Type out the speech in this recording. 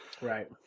Right